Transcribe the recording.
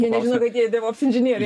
jie nežino kad jie devops inžinieriai